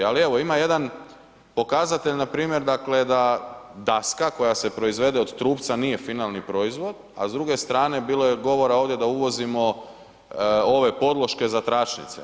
Ali evo ima jedan pokazatelj npr. da daska koja se proizvede od trupca nije finalni proizvod, a s druge strane bilo je govora ovdje da uvozimo ove podloške za tračnice.